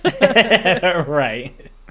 right